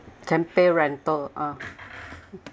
can pay rental ah